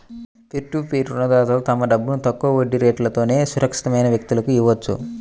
peer to peer రుణదాతలు తమ డబ్బును తక్కువ వడ్డీ రేట్లతో సురక్షితమైన వ్యక్తులకు ఇవ్వొచ్చు